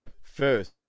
first